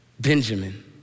Benjamin